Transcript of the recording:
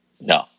No